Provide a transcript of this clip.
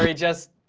just.